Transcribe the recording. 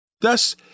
Thus